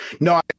No